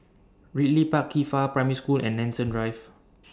Ridley Park Qifa Primary School and Nanson Drive